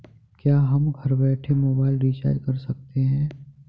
क्या हम घर बैठे मोबाइल रिचार्ज कर सकते हैं?